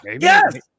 yes